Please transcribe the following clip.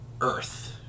earth